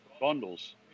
bundles